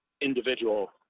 individual